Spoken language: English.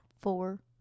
Four